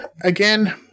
again